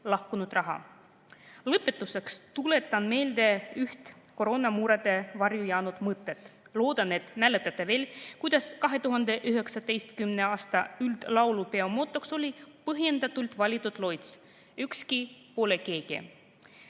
lahkunud raha. Lõpetuseks tuletan meelde üht koroonamurede varju jäänud mõtet. Loodan, et mäletate veel, kuidas 2019. aasta üldlaulupeo motoks oli põhjendatult valitud loits "Üksi pole keegi".